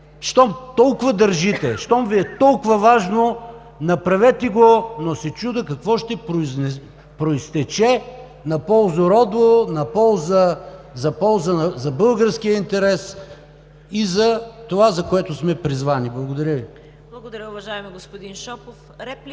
Щом толкова държите, щом Ви е толкова важно, направете го, но се чудя какво ще произтече на ползу роду, за българския интерес и за това, за което сме призвани? Благодаря Ви.